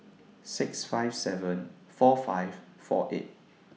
six five seven four five four eight